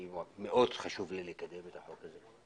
מאוד חשוב לי לקדם את החוק הזה.